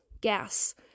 gas